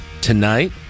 tonight